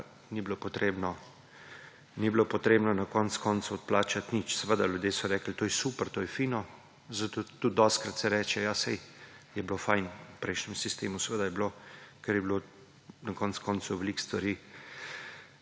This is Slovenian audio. in ni bilo treba na konec koncu odplačati nič. Seveda, ljudje so rekli, to je super, to je fino, zato se tudi velikokrat reče, ja, saj je bilo fino v prejšnjem sistemu. Seveda je bilo, ker je bilo na koncu veliko stvari